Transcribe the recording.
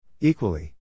Equally